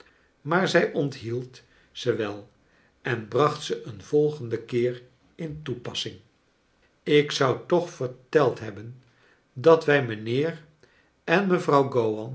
maar zij onthield ze wel en bracht ze een vogenden keer in toepassing ik zou toch verteld hebben dat wij mijnheer en mevrouw